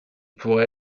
pourrait